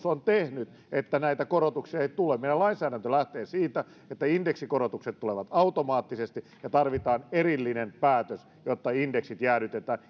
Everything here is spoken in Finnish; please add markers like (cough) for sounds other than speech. (unintelligible) on tehnyt että näitä korotuksia ei tule meidän lainsäädäntömme lähtee siitä että indeksikorotukset tulevat automaattisesti ja tarvitaan erillinen päätös jotta indeksit jäädytetään